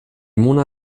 mona